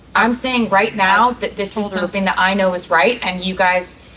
i'm saying right now that this is something that i know is right. and you guys,